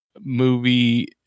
movie